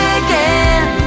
again